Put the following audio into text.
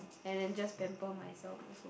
and then just pamper myself first lor